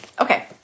Okay